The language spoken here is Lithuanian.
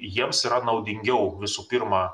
jiems yra naudingiau visų pirma